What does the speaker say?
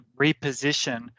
reposition